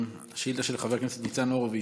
שאילתה של חבר הכנסת ניצן הורוביץ,